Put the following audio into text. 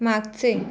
मागचे